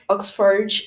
Oxford